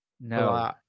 No